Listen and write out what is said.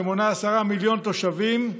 שמונה 10 מיליון תושבים,